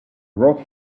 brought